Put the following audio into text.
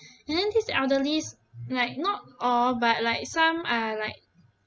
and then these elderly like not all but like some are like